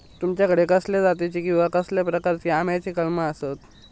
तुमच्याकडे कसल्या जातीची किवा कसल्या प्रकाराची आम्याची कलमा आसत?